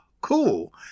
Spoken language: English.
cool